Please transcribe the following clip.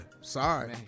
Sorry